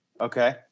Okay